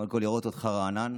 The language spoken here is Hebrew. קודם כול, לראות אותך רענן